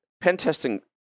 pen-testing